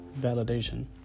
validation